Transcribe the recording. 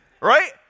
right